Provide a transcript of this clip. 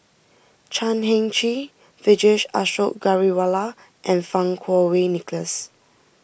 Chan Heng Chee Vijesh Ashok Ghariwala and Fang Kuo Wei Nicholas